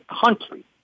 country